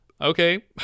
okay